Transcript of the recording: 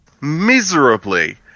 Miserably